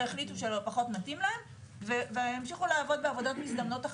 החליטו שלא מתאים להם והם המשיכו לעבוד בעבודות מזדמנות.